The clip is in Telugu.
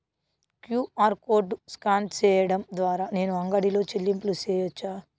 క్యు.ఆర్ కోడ్ స్కాన్ సేయడం ద్వారా నేను అంగడి లో చెల్లింపులు సేయొచ్చా?